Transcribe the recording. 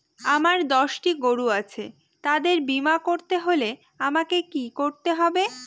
আমার দশটি গরু আছে তাদের বীমা করতে হলে আমাকে কি করতে হবে?